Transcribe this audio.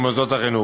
עם מוסדות החינוך.